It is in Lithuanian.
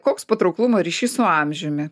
koks patrauklumo ryšys su amžiumi